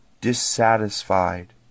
dissatisfied